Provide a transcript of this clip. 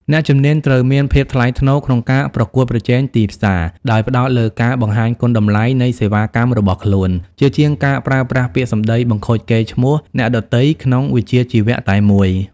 អ្នកជំនាញត្រូវមានភាពថ្លៃថ្នូរក្នុងការប្រកួតប្រជែងទីផ្សារ ដោយផ្ដោតលើការបង្ហាញគុណតម្លៃនៃសេវាកម្មរបស់ខ្លួន ជាជាងការប្រើប្រាស់ពាក្យសម្ដីបង្ខូចកេរ្តិ៍ឈ្មោះអ្នកដទៃក្នុងវិជ្ជាជីវៈតែមួយ។